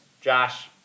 Josh